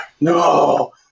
No